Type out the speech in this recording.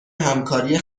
همکاری